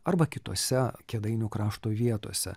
arba kitose kėdainių krašto vietose